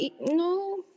no